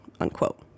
unquote